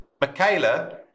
Michaela